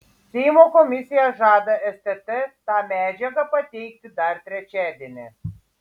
seimo komisija žada stt tą medžiagą pateikti dar trečiadienį